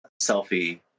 selfie